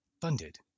funded